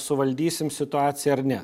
suvaldysim situaciją ar ne